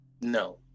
No